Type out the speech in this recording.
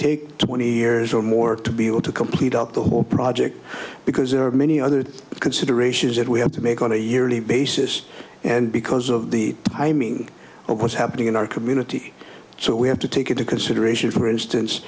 take twenty years or more to be able to complete out the whole project because there are many other considerations that we have to make on a yearly basis and because of the i mean of what's happening in our community so we have to take into consideration for